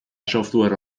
software